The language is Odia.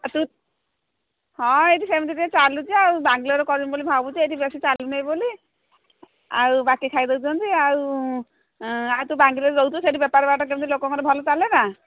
ତୁ ହଁ ଏଇଠି ସେମିତି ଟିକେ ଚାଲୁଛି ଆଉ ବାଙ୍ଗଲୋରରେ କରିବି ବୋଲି ଭାବୁଛି ଏଇଠି ବେଶୀ ଚାଲୁନି ବୋଲି ଆଉ ବାକି ଖାଇ ଦେଉଛନ୍ତି ଆଉ ଆଉ ତୁ ବାଙ୍ଗଲୋରରେ ରହୁଛୁ ସେଠି ବେପାର ବାଟ କେମିତି ଲୋକଙ୍କର ଭଲ ତାଲେ ନା